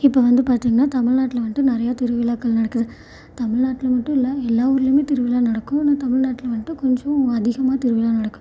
இப்போ வந்து பார்த்திங்கனா தமிழ்நாட்டில் வந்துட்டு நிறைய திருவிழாக்கள் நடக்குது தமிழ்நாட்டில் மட்டும் இல்லை எல்லா ஊர்லையுமே திருவிழா நடக்கும் ஆனால் தமிழ்நாட்டில் வந்துட்டு கொஞ்சம் அதிகமாக திருவிழா நடக்கும்